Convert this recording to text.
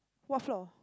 what floor